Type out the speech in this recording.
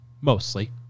mostly